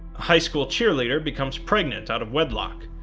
high school cheerleader becomes pregnant out of wedlock,